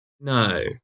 No